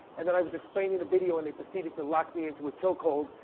and then i was explaining the video, and they proceeded to lock me into a choke hold.